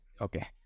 okay